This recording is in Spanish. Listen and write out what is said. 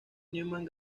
newman